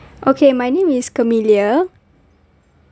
okay my name is camilia